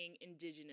indigenous